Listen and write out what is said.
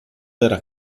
era